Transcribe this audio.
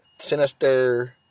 sinister